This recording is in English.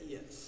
Yes